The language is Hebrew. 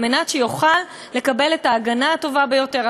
כדי שיוכל לקבל את ההגנה הטובה ביותר,